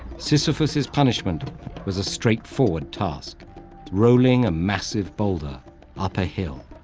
sisyphus's punishment was a straightforward task rolling a massive boulder up a hill.